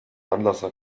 anlasser